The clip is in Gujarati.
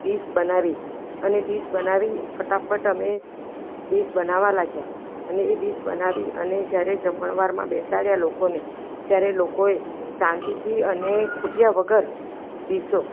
ડીશ બનાવી અને ડીશ બનાવી ફટાફટ અમે ડીશ બનાવવા લાગ્યાં અને એ ડીશ બનાવી અને જ્યારે જમણવારમાં બેસાડ્યા લોકોને ત્યારે લોકોએ શાંતિથી અને ખૂટ્યા વગર ડીશો